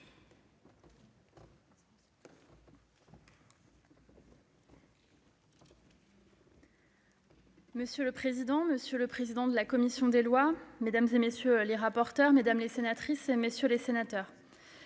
Monsieur le président, monsieur le président de la commission des lois, mesdames, messieurs les rapporteurs, mesdames les sénatrices, messieurs les sénateurs,